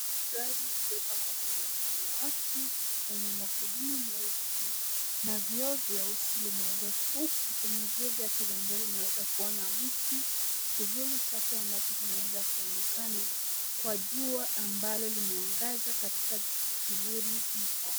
Gari ilio pakwa kwa rangi ya Samawati yenye magudumu meusi na vioo vyeusi limeegeshwa huku kwenye vioo vyake vya mbele unaweza kuona mti. Kivuli chake ambacho kinaonekana kuwa jua ambalo limeangaza katika kivuli hicho.